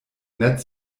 nett